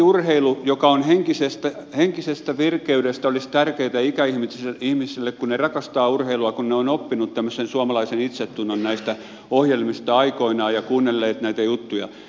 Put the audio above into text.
urheilu olisi henkisen virkeyden vuoksi tärkeätä ikäihmisille kun ne rakastavat urheilua kun ne ovat oppineet tämmöisen suomalaisen itsetunnon näistä ohjelmista aikoinaan ja kuunnelleet näitä juttuja